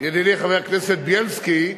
ידידי חבר הכנסת בילסקי,